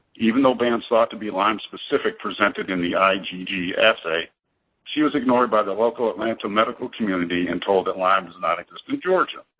even though bands thought to be lyme specific presented in the i mean igg assay, she was ignored by the local atlanta medical community and told that lyme does not exist in georgia.